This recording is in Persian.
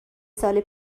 سال